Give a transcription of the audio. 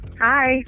Hi